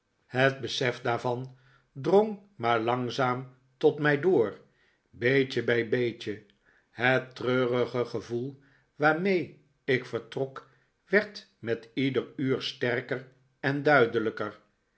het besef daarvan drong maar langzaam tot mij door beetje bij beetje het treurige gevoel waarmee ik vertrok werd met ieder uur sterker en duidelijker